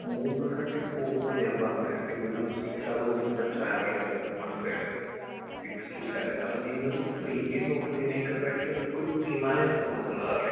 മൂന്നാറൊക്കേ പോകുമ്പോ ഞാൻ പറഞ്ഞു തരട്ടെ ഇവിടെന്ന് സിക്സ് ഹവേർസിൻ്റെ ട്രാവൽ ഉണ്ട് one side six two seven അപ്പോ നിങ്ങളൊരു പ്രീമിയം നോക്കുന്നതിനേക്കാൾ ബെറ്റർ നിങ്ങക്കൊരു ഹിമാലയനൊക്കേ നോക്കുന്നതാവില്ലേ